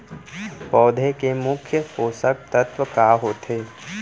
पौधे के मुख्य पोसक तत्व का होथे?